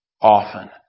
often